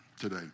today